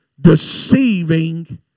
Deceiving